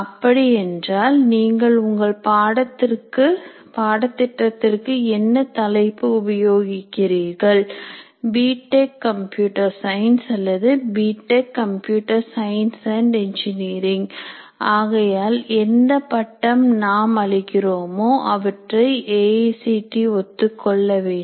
அப்படி என்றால் நீங்கள் உங்கள் பாடத்திட்டத்திற்கு என்ன தலைப்பு உபயோகிக்கிறீர்கள் பி டெக் கம்ப்யூட்டர் சயின்ஸ் அல்லது B tech computer science and engineering ஆகையால் எந்த பட்டம் நாம் அளிக்கிறோமோ அவற்றை ஏ ஐசிடி ஒத்துக் கொள்ள வேண்டும்